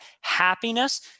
happiness